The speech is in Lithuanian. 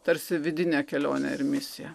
tarsi vidinė kelionė ir misija